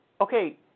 Okay